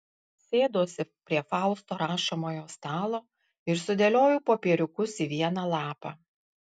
sėduosi prie fausto rašomojo stalo ir sudėlioju popieriukus į vieną lapą